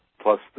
plus